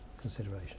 consideration